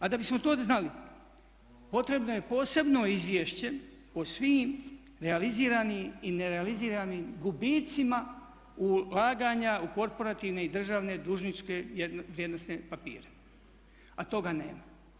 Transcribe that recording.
A da bismo to znali potrebno je posebno izvješće o svim realiziranim i nerealiziranim gubitcima ulaganja u korporativne i državne dužničke vrijednosne papire, a toga nema.